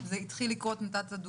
ההתמקצעות,